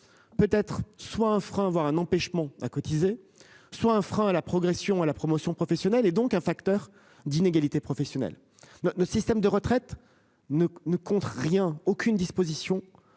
Peut être soit un frein à avoir un empêchement à cotiser soit un frein à la progression à la promotion professionnelle et donc un facteur d'inégalité professionnelle. Le système de retraite ne ne compte rien, aucune disposition